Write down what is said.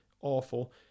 Awful